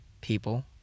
people